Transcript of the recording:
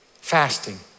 Fasting